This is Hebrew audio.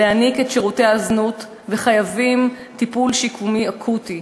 להעניק את שירותי הזנות וחייבים טיפול שיקומי אקוטי.